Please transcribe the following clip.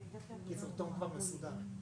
הגוף נותן הכשר לא יקבל שום מידע מהמשטרה.